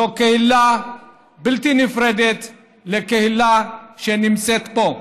זו קהילה בלתי נפרדת מהקהילה שנמצאת פה.